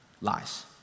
lies